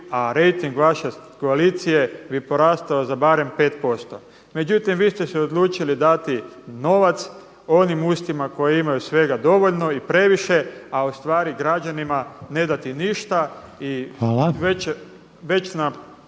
a rejting vaše koalicije bi porastao za barem 5%. međutim vi ste se odlučili dati novac onim ustima koja imaju svega dovoljno i previše, a ustvari građanima ne dati ništa i